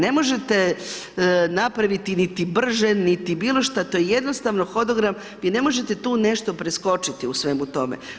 Ne možete napraviti niti brže, niti bilo šta, to je jednostavno hodogram, vi ne možete tu nešto preskočiti u svemu tome.